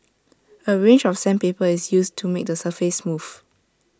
A range of sandpaper is used to make the surface smooth